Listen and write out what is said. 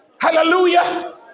Hallelujah